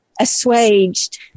assuaged